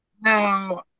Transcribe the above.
No